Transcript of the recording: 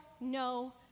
no